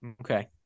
Okay